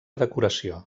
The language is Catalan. decoració